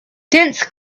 dense